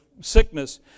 sickness